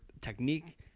technique